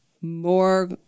more